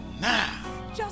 Now